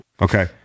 Okay